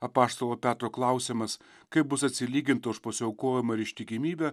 apaštalo petro klausimas kaip bus atsilyginta už pasiaukojimą ir ištikimybę